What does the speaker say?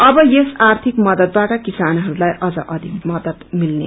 अब यस आर्थिक मदतबाद किसानहरूलाई अझ अधिक मदत मिल्लेछ